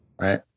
Right